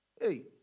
hey